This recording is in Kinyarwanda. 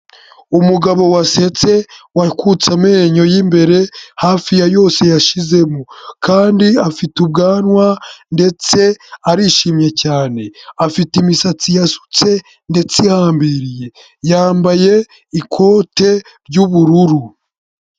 Umugabo wasetse wakutse amenyo y'imbere, hafi ya yose yashizemo kandi afite ubwanwa ndetse arishimye cyane, afite imisatsi yasutse ndetse ihambiriye, yambaye ikote ry'ubururu.